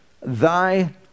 Thy